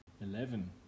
Eleven